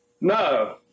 No